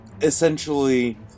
essentially